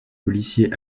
policier